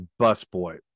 busboy